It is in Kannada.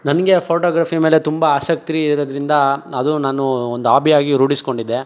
ನನಗೆ ಫೋಟೋಗ್ರಫಿ ಮೇಲೆ ತುಂಬ ಆಸಕ್ತಿ ಇರೋದರಿಂದ ಅದು ನಾನು ಒಂದು ಆಬಿಯಾಗಿ ರೂಢಿಸ್ಕೊಂಡಿದ್ದೆ